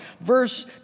Verse